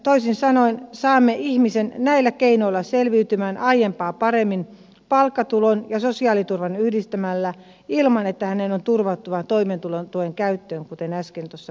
toisin sanoen saamme ihmisen näillä keinoilla selviytymään aiempaa paremmin palkkatulon ja sosiaaliturvan yhdistämällä ilman että hänen on turvauduttava toimeentulotuen käyttöön kuten äsken tuossa mainitsin